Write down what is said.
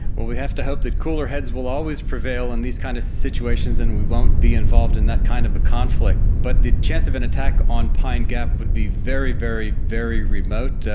well, we have to hope that cooler heads will always prevail in these kind of situations and we won't be involved in that kind of a conflict, but the chance of an attack on pine gap would be very, very, very remote.